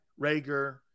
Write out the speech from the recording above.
Rager